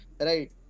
right